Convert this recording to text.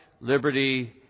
liberty